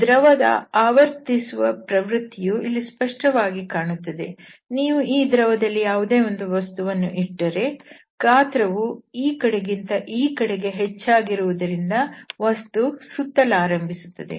ದ್ರವದ ಆವರ್ತಿಸುವ ಪ್ರವೃತ್ತಿಯು ಇಲ್ಲಿ ಸ್ಪಷ್ಟವಾಗಿ ಕಾಣುತ್ತದೆ ನೀವು ಈ ದ್ರವದಲ್ಲಿ ಯಾವುದೇ ಒಂದು ವಸ್ತುವನ್ನು ಇಟ್ಟರೆ ಗಾತ್ರವು ಈ ಕಡೆಗಿಂತ ಈ ಕಡೆ ಹೆಚ್ಚಾಗಿರುವುದರಿಂದ ವಸ್ತು ಸುತ್ತಲಾರಂಭಿಸುತ್ತದೆ